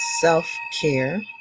self-care